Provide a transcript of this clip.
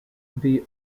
bhí